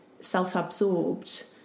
self-absorbed